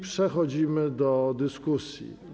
Przechodzimy do dyskusji.